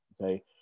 Okay